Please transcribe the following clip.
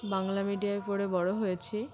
বাংলা মিডিয়ামে পড়ে বড় হয়েছি